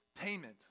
payment